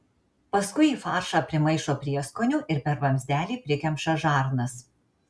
paskui į faršą primaišo prieskonių ir per vamzdelį prikemša žarnas